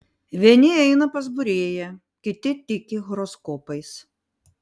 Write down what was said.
vieni eina pas būrėją kiti tiki horoskopais